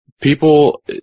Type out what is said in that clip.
people